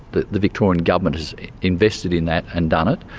the the victorian government has invested in that, and done it.